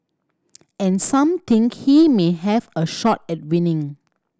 and some think he may have a shot at winning